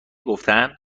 گفتن